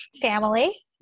family